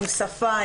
עם שפה,